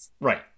Right